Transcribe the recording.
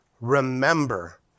remember